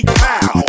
wow